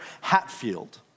Hatfield